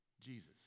Jesus